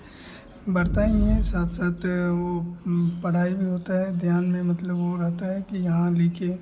बढ़ता ही है साथ साथ वह पढ़ाई भी होता है ध्यान में मतलब वह रहता है कि हाँ लिखिए